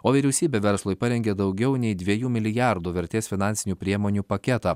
o vyriausybė verslui parengė daugiau nei dviejų milijardų vertės finansinių priemonių paketą